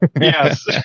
Yes